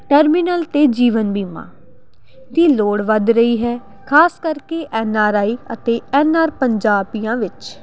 terminal ਅਤੇ ਜੀਵਨ ਬੀਮਾ ਦੀ ਲੋੜ ਵੱਧ ਰਹੀ ਹੈ ਖਾਸ ਕਰਕੇ ਐਨ ਆਰ ਆਈ ਅਤੇ ਐਨ ਆਰ ਪੰਜਾਬੀਆਂ ਵਿੱਚ